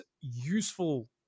useful